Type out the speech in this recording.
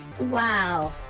Wow